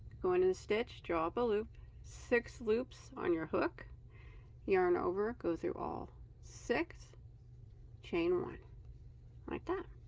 go into the stitch draw up a loop six loops on your hook yarn over go through all six chain one like that